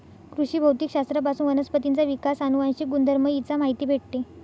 कृषी भौतिक शास्त्र पासून वनस्पतींचा विकास, अनुवांशिक गुणधर्म इ चा माहिती भेटते